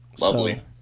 Lovely